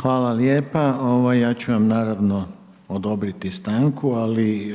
Hvala lijepa, ja ću vam naravno odobriti stanku, ali